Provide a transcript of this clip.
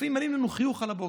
לפעמים מעלים לנו חיוך על הבוקר,